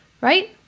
Right